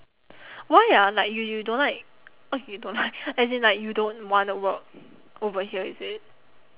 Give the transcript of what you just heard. why ah like you you don't like oh you don't like as in like you don't want to work over here is it